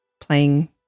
playing